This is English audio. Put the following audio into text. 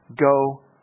Go